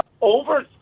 over